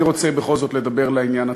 אני רוצה בכל זאת לדבר לעניין עצמו.